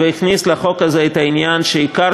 והכניס לחוק הזה את העניין שעיקר